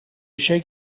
shake